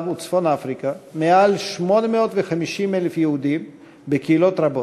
וצפון-אפריקה יותר מ-850,000 יהודים בקהילות רבות.